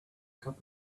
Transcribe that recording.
cup